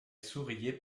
souriait